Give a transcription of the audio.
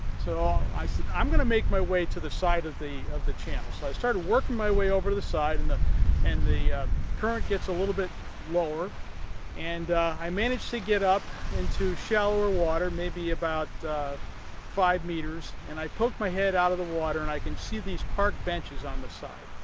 so i said i'm gonna make my way to the side of the of the channel. so i started working my way over the side and the and the current gets a little bit lower and i managed to get up into shallower water, maybe about five meters and i poke my head out of the water and i can see these park benches on the side